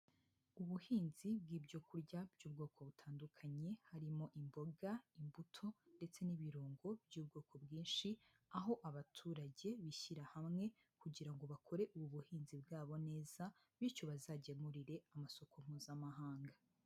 Ubuhinzi bw'ibyo kurya by'ubwoko butandukanye, harimo imboga, imbuto ndetse n'ibirungo by'ubwoko bwinshi, aho abaturage bishyira hamwe kugira ngo bakore ubuhinzi bwabo neza bityo bazagemurire amasoko Mpuzamahanga.